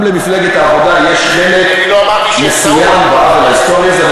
גם למפלגת העבודה יש חלק מסוים בעוול ההיסטורי הזה,